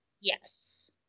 Yes